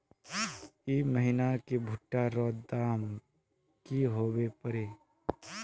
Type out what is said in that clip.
ई महीना की भुट्टा र दाम की होबे परे?